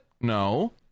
No